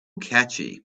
catchy